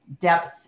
depth